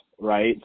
right